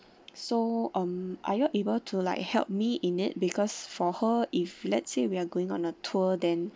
so um are you able to like help me in it because for her if let's say we're going on a tour then